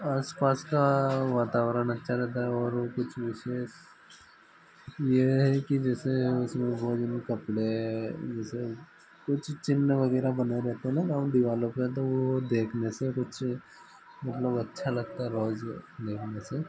आस पास का वातावरण अच्छा रहता है और वो कुछ विशेष ये है कि जैसे उसमें बोरी में कपड़े जैसे कुछ चिन्ह वगैरह बने रहते न ना उन दीवारों पर तो वो देखने से कुछ मतलब अच्छा लगता है रोज़ देखने से